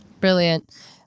Brilliant